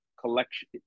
Collection